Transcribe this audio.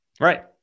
Right